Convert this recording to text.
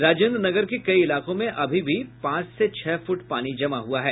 राजेन्द्र नगर के कई इलाकों में अभी भी पांच से छह फुट पानी जमा हुआ है